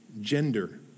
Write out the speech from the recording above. gender